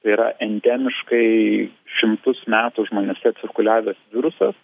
tai yra endemiškai šimtus metų žmonėse cirkuliavęs virusas